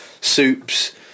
Soups